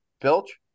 Pilch